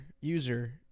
user